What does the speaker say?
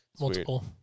Multiple